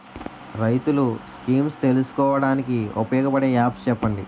రైతులు స్కీమ్స్ తెలుసుకోవడానికి ఉపయోగపడే యాప్స్ చెప్పండి?